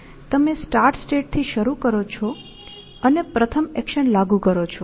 તમે start state થી શરૂ કરો છો અને પ્રથમ એક્શન લાગુ કરો